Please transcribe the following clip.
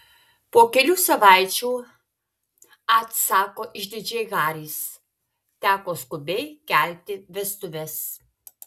po kelių savaičių atsako išdidžiai haris teko skubiai kelti vestuves